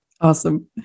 awesome